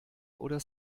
oder